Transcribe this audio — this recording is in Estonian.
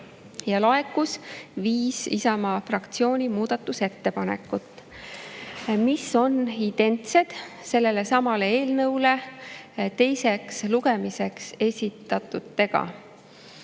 –, laekus viis Isamaa fraktsiooni muudatusettepanekut, mis on identsed sellesama eelnõu kohta teiseks lugemiseks esitatutega.